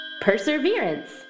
Perseverance